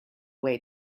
way